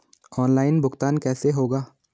Online भुगतान कैसे होगा?